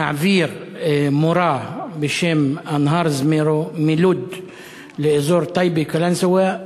להעביר מורה בשם אנהאר זמירו מלוד לאזור טייבה-קלנסואה,